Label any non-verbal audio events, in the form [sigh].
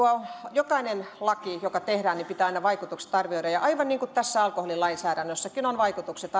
jokaisen lain joka tehdään vaikutukset pitää arvioida aivan niin kuin tässä alkoholilainsäädännössäkin vaikutukset [unintelligible]